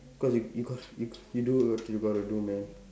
cause you you got you do what you got to do man